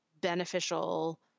beneficial